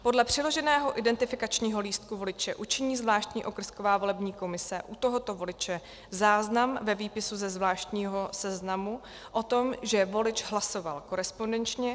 Podle přiloženého identifikačního lístku voliče učiní zvláštní okrsková volební komise u tohoto voliče záznam ve výpisu ze zvláštního seznamu o tom, že volič hlasoval korespondenčně.